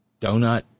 donut